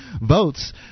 votes